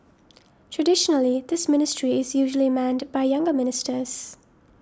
traditionally this ministry is usually manned by younger ministers